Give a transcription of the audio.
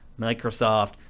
Microsoft